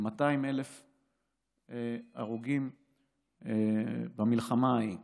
כ-200,000 הרוגים במלחמה ההיא,